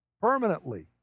Permanently